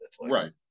right